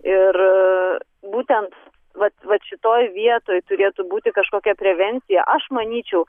ir būtent vat vat šitoj vietoj turėtų būti kažkokia prevencija aš manyčiau